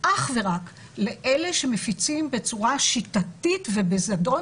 אך ורק לאלה שמפיצים בצורה שיטתית ובזדון,